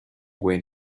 when